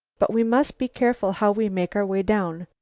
but we must be careful how we make our way down.